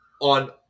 on